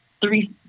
Three